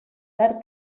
tard